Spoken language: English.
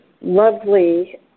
lovely